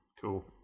Cool